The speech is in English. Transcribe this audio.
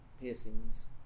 piercings